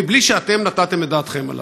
מבלי שאתם נתתם את דעתכם עליו?